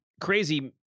crazy